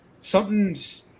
something's